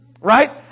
Right